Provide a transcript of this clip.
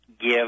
give